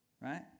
Right